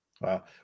Wow